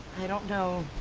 i don't know.